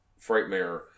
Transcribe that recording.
Frightmare